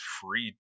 free